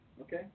Okay